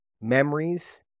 memories